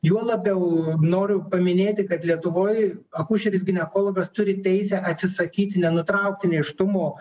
juo labiau noriu paminėti kad lietuvoj akušeris ginekologas turi teisę atsisakyti nenutraukti nėštumo